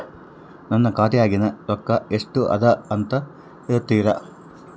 ನನ್ನ ಖಾತೆಯಾಗಿನ ರೊಕ್ಕ ಎಷ್ಟು ಅದಾ ಅಂತಾ ಹೇಳುತ್ತೇರಾ?